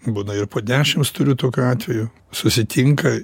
būna ir po dešims turiu tokių atvejų susitinka